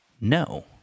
no